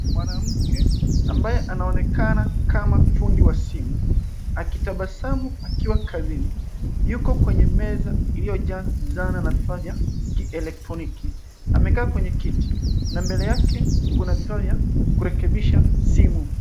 Mwanamke ambaye anaonekana kama fundi wa simu akitabasamu akiwa kazini yuko kwenye meza iliyo jazana na vifaa vya kielektroniki. Amekaa kwenye kiti na mbele yake kuna vifaa vya kurekebisha simu.